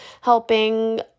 helping